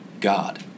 God